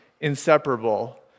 inseparable